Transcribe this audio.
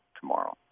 tomorrow